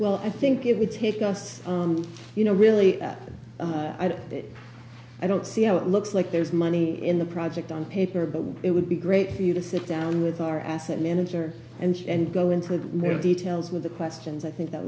well i think it would take us you know really i don't see how it looks like there's money in the project on paper but it would be great for you to sit down with our asset manager and and go into more details with the questions i think that